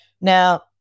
Now